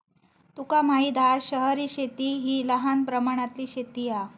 तुका माहित हा शहरी शेती हि लहान प्रमाणातली शेती हा